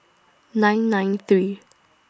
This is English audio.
nine nine three